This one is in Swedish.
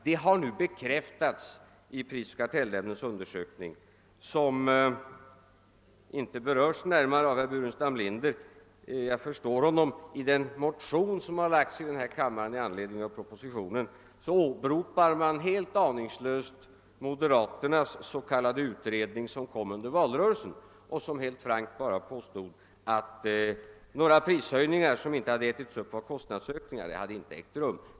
Detta har nu bekräftats av prisoch kartellnämndens undersökning, som inte berördes närmare av herr Burenstam Linder. Jag förstår honom. I den motion som lagts i denna kammare med anledning av propositionen åberopar man helt aningslöst moderaternas s.k. utredning som framlades under valrörelsen och som helt frankt bara påstod att några omotiverade prishöjningar inte hade ägt rum.